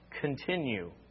continue